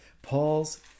Paul's